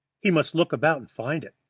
he must look about and find it.